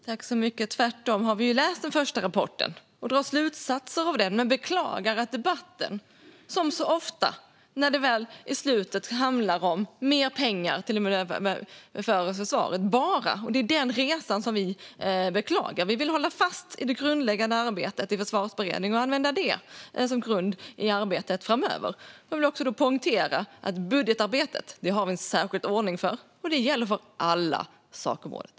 Herr ålderspresident! Tvärtom - vi har läst den första rapporten och drar slutsatser av den. Men vi beklagar att debatten, som så ofta, i slutändan handlar om mer pengar bara till försvaret. Det är den resan som vi beklagar. Vi vill hålla fast vid det grundläggande arbetet i Försvarsberedningen och använda det som grund i arbetet framöver. Jag vill också poängtera att vi har en särskild ordning för budgetarbetet, och det gäller för alla sakområden.